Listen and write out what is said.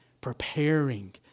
preparing